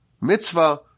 mitzvah